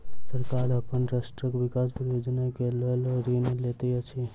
सरकार अपन राष्ट्रक विकास परियोजना के लेल ऋण लैत अछि